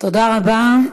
תודה רבה.